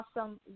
awesome